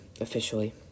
officially